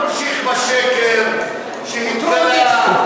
אתה ממשיך בשקר שהתגלה,